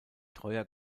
treuer